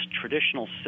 traditional